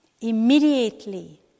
immediately